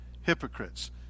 hypocrites